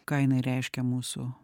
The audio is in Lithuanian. ką jinai reiškia mūsų